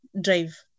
drive